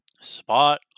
Spot